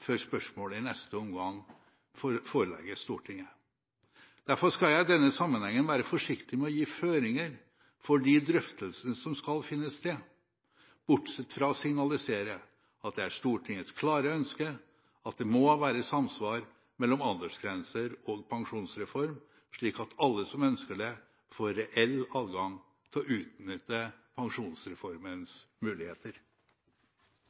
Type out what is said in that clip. før spørsmålet i neste omgang forelegges Stortinget. Derfor skal jeg i denne sammenhengen være forsiktig med å gi føringer for de drøftelsene som skal finne sted, bortsett fra å signalisere at det er Stortingets klare ønske at det må være samsvar mellom aldersgrenser og pensjonsreform, slik at alle som ønsker det, får reell adgang til å utnytte